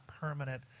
permanent